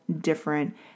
different